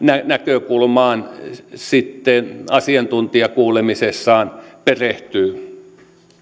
näkökulmaan sitten asiantuntijakuulemisessaan perehtyy